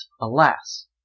alas